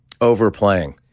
overplaying